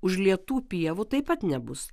užlietų pievų taip pat nebus